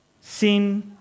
Sin